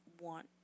want